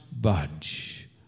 budge